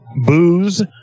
booze